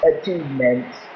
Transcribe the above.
achievements